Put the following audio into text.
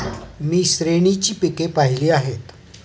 मी श्रेणीची पिके पाहिली आहेत